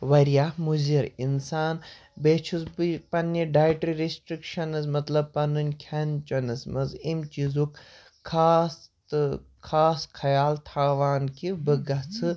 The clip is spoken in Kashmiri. واریاہ مُضِر اِنسان بیٚیہِ چھُس بہٕ پَننہِ ڈایٹہٕ ریٚسٹِرٛکشَنٕز مطلب پَنٕنۍ کھیٚن چیٚنَس منٛز امہِ چیٖزُک خاص تہٕ خاص خیال تھاوان کہِ بہٕ گژھہٕ